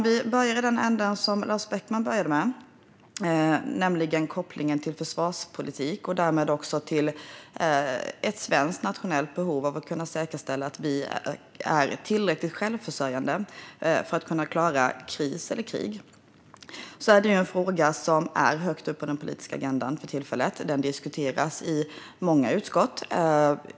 Vi börjar i änden där du började, med kopplingen till försvarspolitik och därmed till ett svenskt, nationellt behov av att säkerställa att vi är tillräckligt självförsörjande för att klara kris eller krig. Det är en fråga som för tillfället står högt upp på den politiska agendan. Den diskuteras i många utskott.